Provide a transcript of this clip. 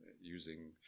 using